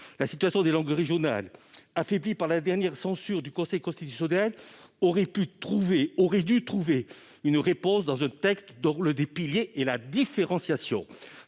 La situation des langues régionales, affaiblie par la dernière censure du Conseil constitutionnel, aurait dû trouver une réponse dans un texte dont l'un des piliers est la différenciation.